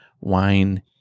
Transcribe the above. wine